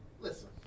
Listen